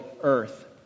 earth